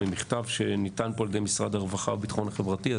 ממכתב שניתן פה על ידי משרד הרווחה והביטחון החברתי,